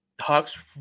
Hawks